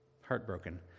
Heartbroken